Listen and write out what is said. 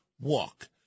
walk